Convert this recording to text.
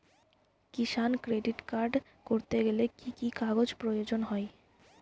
কিষান credit card করতে গেলে কি কি কাগজ প্রয়োজন হয়?